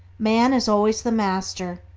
man is always the master,